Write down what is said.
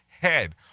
head